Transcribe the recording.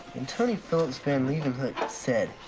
antonie philips van leeuwenhoek said,